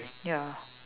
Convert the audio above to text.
ya